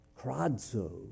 Kradzo